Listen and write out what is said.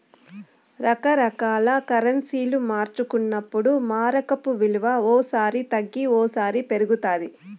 రకరకాల కరెన్సీలు మార్చుకున్నప్పుడు మారకపు విలువ ఓ సారి తగ్గి ఓసారి పెరుగుతాది